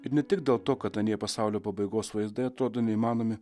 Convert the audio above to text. ir ne tik dėl to kad anie pasaulio pabaigos vaizdai atrodo neįmanomi